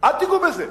אל תיגעו בזה,